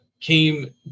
Came